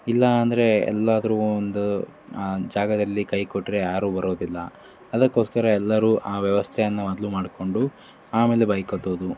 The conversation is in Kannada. ಇಲ್ಲಾಂದರೆ ಎಲ್ಲಾದರೂ ಒಂದು ಜಾಗದಲ್ಲಿ ಕೈ ಕೊಟ್ಟರೆ ಯಾರೂ ಬರೋದಿಲ್ಲ ಅದಕ್ಕೋಸ್ಕರ ಎಲ್ಲರೂ ಆ ವ್ಯವಸ್ಥೆಯನ್ನು ಮೊದಲು ಮಾಡಿಕೊಂಡು ಆಮೇಲೆ ಬೈಕ್ ಹತ್ತೋದು